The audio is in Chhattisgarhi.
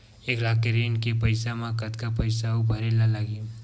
एक लाख के ऋण के पईसा म कतका पईसा आऊ भरे ला लगही?